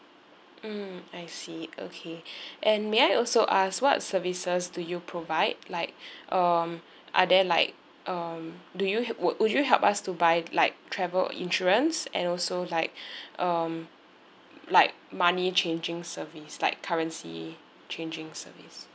mm I see okay and may I also ask what services do you provide like um are there like um do you wo~ would you help us to buy like travel insurance and also like um like money changing service like currency changing service